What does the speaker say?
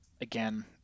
again